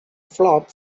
flop